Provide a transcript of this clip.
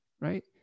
right